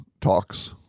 talks